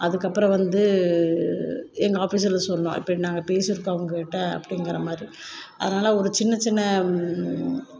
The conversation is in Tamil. அதுக்கப்புறம் வந்து எங்கள் ஆஃபீஸில் சொன்னோம் இப்படி நாங்கள் பேசியிருக்கோம் அவங்கக்கிட்ட அப்படிங்கிற மாதிரி அதனால் ஒரு சின்ன சின்ன